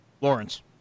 Lawrence